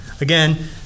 again